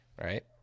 Right